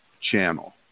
channel